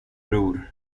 bror